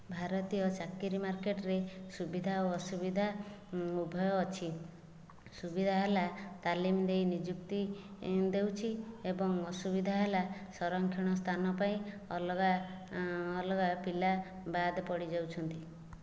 ଭାରତୀୟ ଚାକିରି ମାର୍କେଟରେ ସୁବିଧା ଓ ଅସୁବିଧା ଉଭୟ ଅଛି ସୁବିଧା ହେଲା ତାଲିମ ଦେଇ ନିଯୁକ୍ତି ଦେଉଛି ଏବଂ ଅସୁବିଧା ହେଲା ସଂରକ୍ଷଣ ସ୍ଥାନ ପାଇଁ ଅଲଗା ଅଲଗା ପିଲା ବାଦ ପଡ଼ିଯାଉଛନ୍ତି